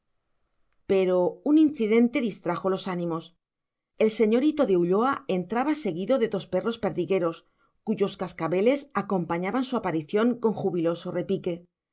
pero un incidente distrajo los ánimos el señorito de ulloa entraba seguido de dos perros perdigueros cuyos cascabeles acompañaban su aparición con jubiloso